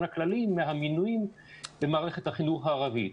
הכללי מהמינויים במערכת החינוך הערבי.